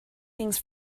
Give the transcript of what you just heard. things